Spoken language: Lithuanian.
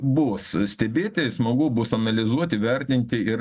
bus stebėti smagu bus analizuoti vertinti ir